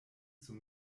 zum